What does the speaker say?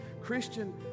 Christian